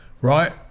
right